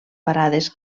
parades